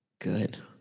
Good